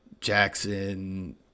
Jackson